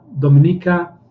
Dominica